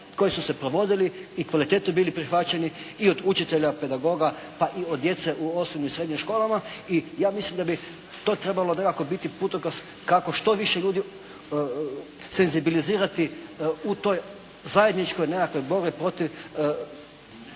koji su se provodili i kvalitetno bili prihvaćeni i od učitelja, pedagoga pa i od djece u osnovnim i srednjim školama i ja mislim da bi to nekako trebalo biti putokaz kako što više ljudi senzibilizirati u toj zajedničkoj nekakvoj borbi protiv